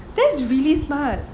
that's really smart